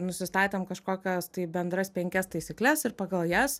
nusistatėm kažkokias tai bendras penkias taisykles ir pagal jas